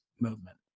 movement